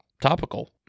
topical